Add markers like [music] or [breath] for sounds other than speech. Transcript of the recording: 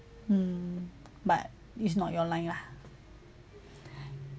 mm but it's not your line lah [breath]